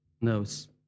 knows